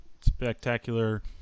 spectacular